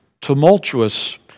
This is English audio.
tumultuous